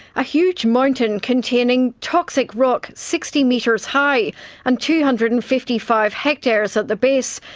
a huge mountain containing toxic rock sixty metres high and two hundred and fifty five hectares at the base,